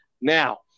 now